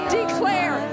declare